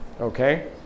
okay